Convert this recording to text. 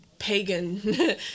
pagan